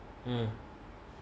mm